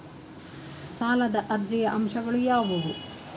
ಸಾಲದ ಅರ್ಜಿಯ ಅಂಶಗಳು ಯಾವುವು?